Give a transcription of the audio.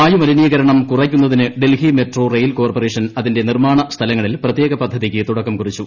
വായുമലിനീകരണം കുറയ്ക്കുന്നതിന് Delhi metro rail corporation അതിന്റെ നിർമ്മാണ സ്ഥലങ്ങളിൽ പ്രത്യേക പദ്ധതിക്ക് തുടക്കം കുറിച്ചു